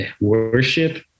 Worship